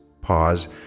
Pause